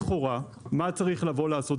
לכאורה, מה צריך לבוא ולעשות?